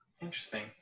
interesting